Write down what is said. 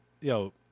yo